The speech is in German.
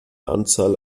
anzahl